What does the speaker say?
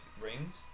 rings